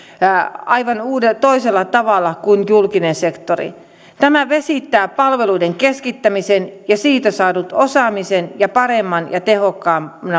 aivan toisella tavalla kuin julkinen sektori tämä vesittää palveluiden keskittämisen ja siitä saadut osaamisen ja paremman ja tehokkaamman